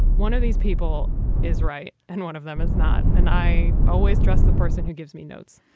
one of these people is right and one of them is not. and i always trust the person who gives me notes.